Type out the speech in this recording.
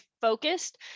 focused